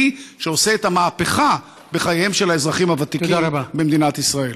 שעושה את המהפכה בחייהם של האזרחים הוותיקים במדינת ישראל.